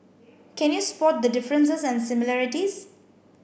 can you spot the differences and similarities